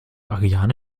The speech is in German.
ariane